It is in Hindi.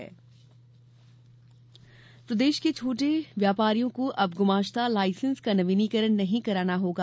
गुमाश्ता प्रदेश के छोटे व्यापारियों को अब ग्माश्ता लायसेंस का नवीनीकरण नहीं कराना होगा